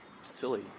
silly